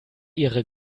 ihre